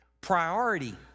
priority